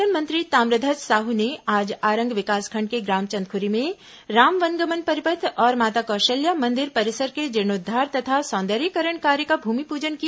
पर्यटन मंत्री ताम्रध्वज साहू ने आज आरंग विकासखंड के ग्राम चंदखुरी में राम वनगनम परिपथ और माता कौशिल्या मंदिर परिसर के जीर्णोद्वार तथा सौंदर्यीकरण कार्य का भूमिपूजन किया